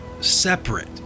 separate